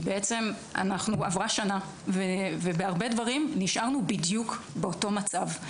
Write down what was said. עברה שנה ובהרבה דברים נשארנו בדיוק באותו מצב,